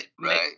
right